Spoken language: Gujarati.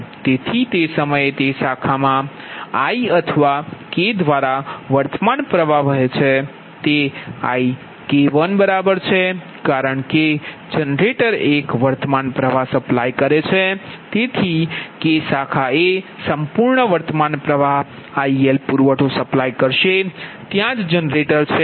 તેથી તે સમયે તે શાખા i અથવા k દ્વારા વર્તમાન પ્ર્વાહ વહે છે તે IK1બરાબર છે કારણ કે જનરેટર 1 વર્તમાન પ્ર્વાહ સપ્લાય કરે છે તેથી K શાખા એ સંપૂર્ણ વર્તમાન પ્ર્વાહ IL પુરવઠો સપ્લાય કરશે ત્યાં જ જનરેટર છે